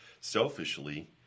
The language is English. selfishly